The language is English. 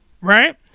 Right